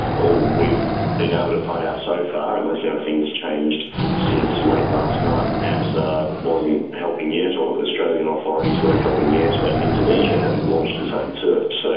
all we've been able to find out so far, unless and things have changed since late last night, amsa wasn't helping yet or australian authorities weren't helping yet and indonesian hadn't launched its own search. so